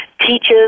teaches